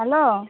hello